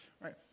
right